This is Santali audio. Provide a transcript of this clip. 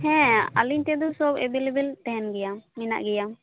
ᱦᱮᱸᱻ ᱟᱞᱤᱧ ᱴᱮᱱ ᱫᱚ ᱥᱚᱵ ᱮᱵᱮᱞᱮᱵᱮᱞ ᱛᱟᱦᱮᱱ ᱜᱮᱭᱟ ᱢᱮᱱᱟᱜ ᱜᱮᱭᱟ